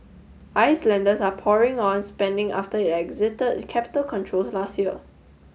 Icelanders are pouring on spending after it exited capital controls last year